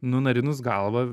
nunarinus galvą